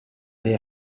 dei